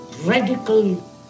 radical